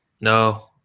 no